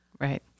right